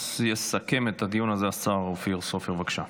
יסכם את הדיון הזה השר אופיר סופר, בבקשה.